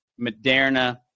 Moderna